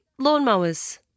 lawnmowers